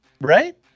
right